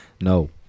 No